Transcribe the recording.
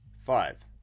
five